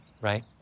right